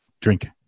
drink